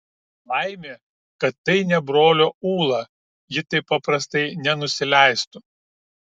laimė kad tai ne brolio ūla ji taip paprastai nenusileistų